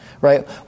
right